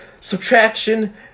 subtraction